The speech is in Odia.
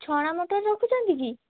ଚଣା ମଟର ରଖୁଛନ୍ତି କି